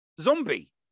Zombie